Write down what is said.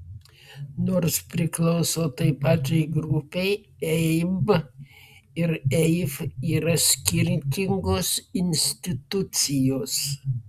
nors priklauso tai pačiai grupei eib ir eif yra skirtingos institucijos